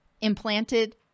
implanted